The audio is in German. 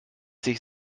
sich